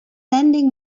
lending